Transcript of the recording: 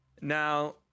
now